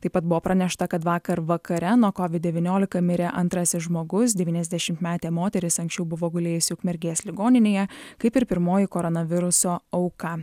taip pat buvo pranešta kad vakar vakare nuo kovid devyniolika mirė antrasis žmogus devyniasdešimtmetė moteris anksčiau buvo gulėjusi ukmergės ligoninėje kaip ir pirmoji koronaviruso auka